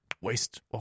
waste